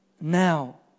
now